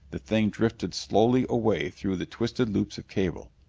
the thing drifted slowly away through the twisted loops of cable.